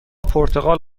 پرتقال